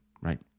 right